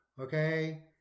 Okay